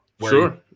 Sure